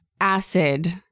acid